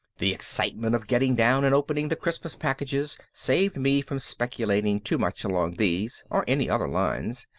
the excitement of getting down and opening the christmas packages saved me from speculating too much along these or any other lines.